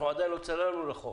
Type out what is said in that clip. עדיין לא צללנו לחוק.